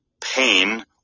pain